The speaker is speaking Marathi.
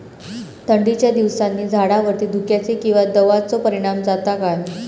थंडीच्या दिवसानी झाडावरती धुक्याचे किंवा दवाचो परिणाम जाता काय?